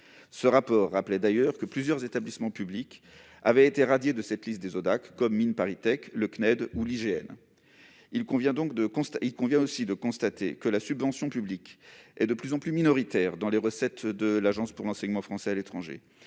Ce rapport rappelait d'ailleurs que plusieurs établissements publics avaient été radiés de la liste des ODAC, comme Mines ParisTech, le CNED ou l'IGN. Il convient aussi de constater que la subvention publique est de plus en plus minoritaire dans les recettes de l'Agence pour l'enseignement français à l'étranger.